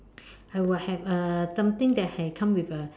I would have uh something that come with a